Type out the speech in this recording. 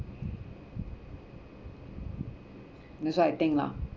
that's what I think lah